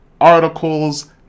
articles